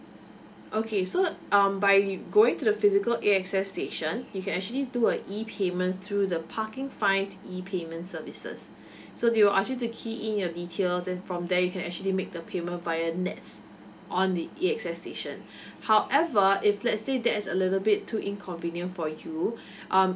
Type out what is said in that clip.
okay so um by going to the physical A_X_S station you can actually do a E payment through a parking fines E payment services so they will ask you to key in your details and from there you can actually make the payment via N_E_T_S on the A_X_S station however if let's say that is a little bit too inconvenient for you um